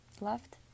left